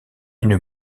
une